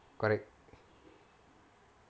correct